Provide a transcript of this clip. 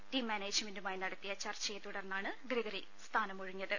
team മാനേജ്മെന്റുമായി നടത്തിയ ചർച്ചയെ തുടർന്നാണ് ഗ്രിഗറി സ്ഥാനം ഒഴിഞ്ഞത്